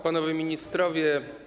Panowie Ministrowie!